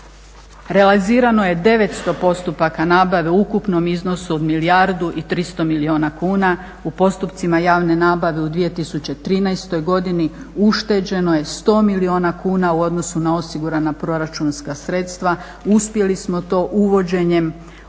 Realizirano je devetsto postupaka nabave u ukupnom iznosu od 1 300 milijuna kuna, u postupcima javne nabave u 2013. godini ušteđeno je 100 milijuna kuna u odnosu na osigurana proračunska sredstva, uspjeli smo to uvođenjem u